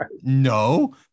No